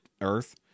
earth